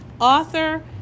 author